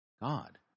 God